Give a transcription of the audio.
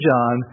John